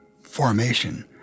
formation